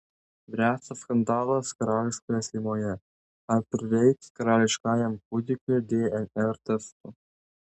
bręsta skandalas karališkoje šeimoje ar prireiks karališkajam kūdikiui dnr testo